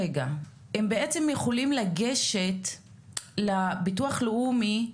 רגע, הם בעצם יכולים לגשת לביטוח לאומי,